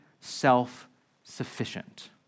self-sufficient